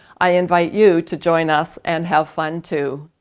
i invite you to join us and have fun too!